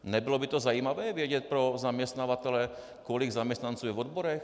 Nebylo by zajímavé, vědět pro zaměstnavatele, kolik zaměstnanců je v odborech?